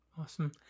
Awesome